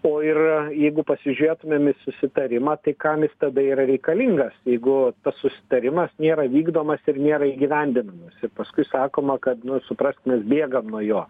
o ir jeigu pasižiūrėtumėm į susitarimą tai kam jis tada yra reikalingas jeigu tas susitarimas nėra vykdomas ir nėra įgyvendinamas ir paskui sakoma kad nu suprask mes bėgam nuo jo